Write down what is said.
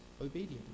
obedience